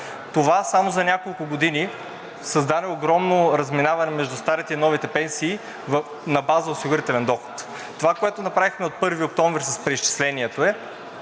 Това само за няколко години създаде огромно разминаване между старите и новите пенсии на база осигурителен доход. Това, което направихме от 1 октомври с преизчислението, е